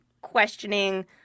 questioning